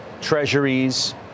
treasuries